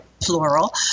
plural